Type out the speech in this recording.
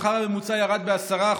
השכר הממוצע ירד ב-10%.